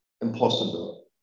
impossible